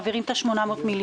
שממנו העברתם את ה-800 מיליון?